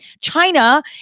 China